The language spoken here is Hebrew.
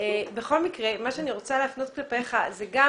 אני רוצה להפנות כלפיך שאלה.